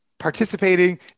Participating